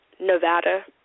Nevada